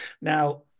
now